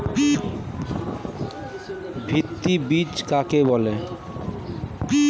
ভিত্তি বীজ কাকে বলে?